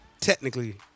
technically